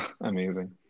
Amazing